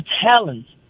talents